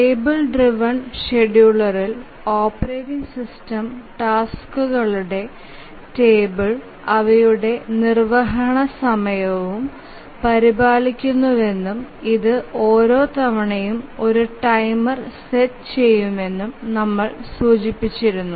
table driven ഷെഡ്യൂളറിൽ operating system ടാസ്ക്കുകളുടെ table അവയുടെ നിർവ്വഹണ സമയവും പരിപാലിക്കുന്നുവെന്നും ഇത് ഓരോ തവണയും ഒരു ടൈമർ സെറ്റ് ചെയ്യുമെന്നും നമ്മൾ സൂചിപ്പിച്ചിരുന്നു